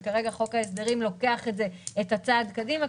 וכרגע חוק ההסדרים לוקח את זה צעד קדימה.